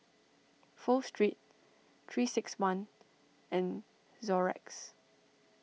Pho Street three six one and Xorex